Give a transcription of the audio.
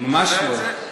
ממש לא.